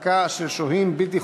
הצעת חוק שוויון ההזדמנויות בעבודה (תיקון מס' 22)